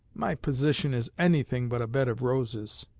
my position is anything but a bed of roses.